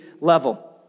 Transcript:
level